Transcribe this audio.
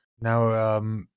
Now